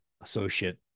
associate